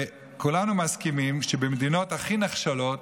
כולנו מסכימים שבמדינות הכי נחשלות,